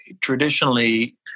traditionally